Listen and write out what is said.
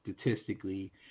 statistically